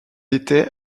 était